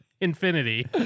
infinity